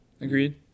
agreed